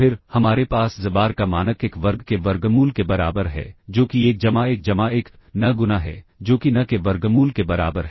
फिर हमारे पास xbar का मानक 1 वर्ग के वर्गमूल के बराबर है जो कि 1 जमा 1 जमा 1 n गुना है जो कि n के वर्गमूल के बराबर है